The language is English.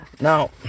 Now